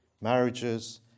Marriages